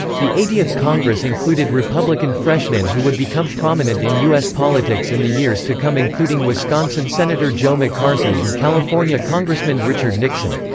the eightieth congress included republican freshmen who would become prominent in us politics in the years to come including wisconsin senator joe mccarthy and california congressman richard nixon.